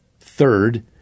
Third